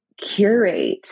curate